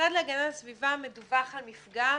המשרד להגנת הסביבה מדווח על מפגע,